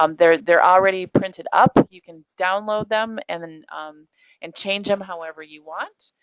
um they're they're already printed up. you can download them, and and and change them however you want,